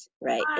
Right